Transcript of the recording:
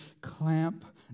clamp